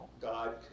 God